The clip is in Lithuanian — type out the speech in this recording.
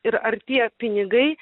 ir ar tie pinigai